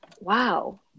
wow